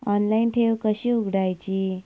Online ठेव कशी उघडायची?